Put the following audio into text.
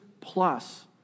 plus